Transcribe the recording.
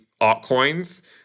altcoins